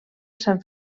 sant